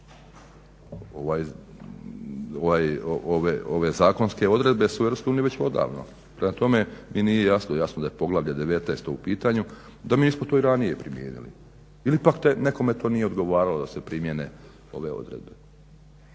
Ove zakonske su u Europskoj uniji već odavno, prema tome mi nije jasno da je poglavlje 19. u pitanju da mi nismo to i ranije primijenili ili pak nekome nije odgovaralo da se primijene ove odredbe.